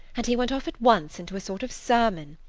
and he went off at once into a sort of sermon.